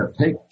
Take